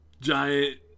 Giant